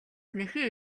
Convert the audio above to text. нэхий